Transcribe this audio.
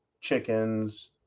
chickens